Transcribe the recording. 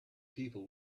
people